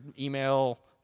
email